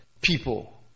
people